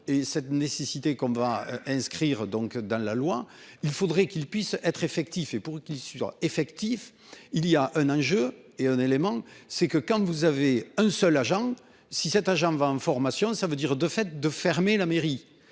et cette nécessité qu'on va inscrire donc dans la loi, il faudrait qu'il puisse être effectif et pour qui sur effectif il y a un enjeu et un élément, c'est que quand vous avez un seul agent si cet agent va. Ça veut dire de fait de fermer la mairie,